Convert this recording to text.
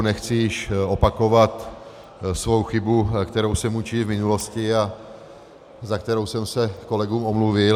Nechci již opakovat svou chybu, kterou jsem učinil v minulosti a za kterou jsem se kolegům omluvil.